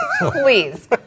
Please